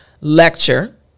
lecture